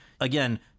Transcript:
again